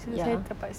ya